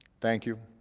thank you.